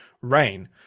rain